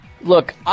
Look